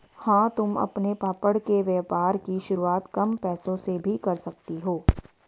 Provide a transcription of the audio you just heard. हाँ तुम अपने पापड़ के व्यापार की शुरुआत कम पैसों से भी कर सकती हो